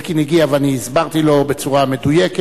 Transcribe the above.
אלקין הגיע ואני הסברתי לו בצורה מדויקת.